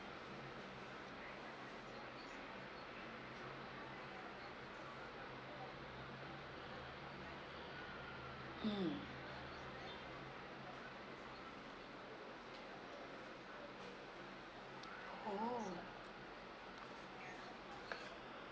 mm oh